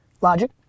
Logic